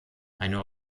eine